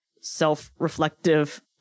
self-reflective